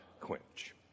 quench